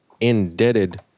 indebted